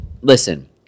listen